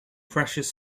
precious